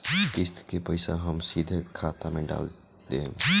किस्त के पईसा हम सीधे खाता में डाल देम?